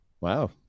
Wow